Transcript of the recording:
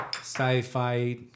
Sci-fi